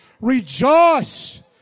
Rejoice